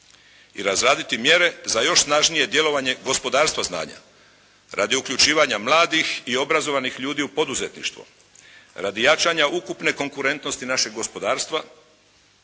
i razraditi mjere za još snažnije djelovanje gospodarstva znanja radi uključivanja mladih i obrazovanih ljudi u poduzetništvo. Radi jačanja ukupne konkurentnosti našeg gospodarstva